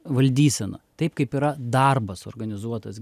valdyseną taip kaip yra darbas organizuotas